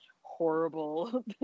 horrible